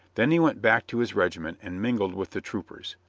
then he went back to his regiment and mingled with the troopers,